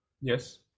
yes